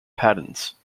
patents